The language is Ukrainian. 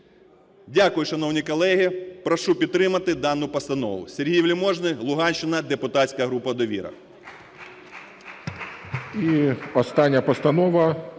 Дякую, шановні колеги, прошу підтримати дану Постанову. Сергій Вельможний Луганщина, депутатська група "Довіра". ГОЛОВУЮЧИЙ. І остання Постанова